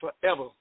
forever